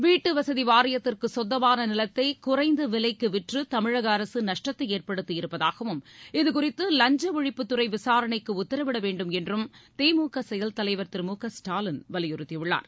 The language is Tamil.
வீட்டுவசதி வாரியத்திற்கு சொந்தமான நிலத்தை குறைந்த விலைக்கு விற்று தமிழக அரசு நஷ்டத்தை ஏற்படுத்தி இருப்பதாகவும் இதுகுறித்து வஞ்ச ஒழிப்புத்துறை விசாரணைக்கு உத்தரவிட வேண்டும் என்று திமுக செயல் தலைவர் திரு மு க ஸ்டாலின் வலியுறுத்தி உள்ளார்